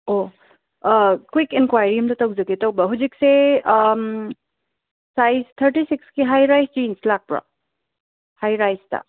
ꯑꯣ quick enquiry ꯑꯝꯇ ꯇꯧꯖꯒꯦ ꯇꯧꯕ ꯍꯧꯖꯤꯛꯁꯦ ꯁꯥꯏꯁ ꯊꯥꯔꯇꯤ ꯁꯤꯛꯁꯀꯤ ꯍꯥꯏꯔꯥꯏꯁ ꯖꯤꯟꯁ ꯂꯥꯛꯄ꯭ꯔꯣ ꯍꯥꯏꯔꯥꯏꯁꯇ